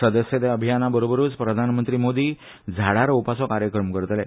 सदस्यता अभियाना बाराबरूच प्रधानमंत्री मोदी झाडा रोवपाचो कार्यक्रम करतले